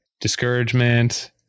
discouragement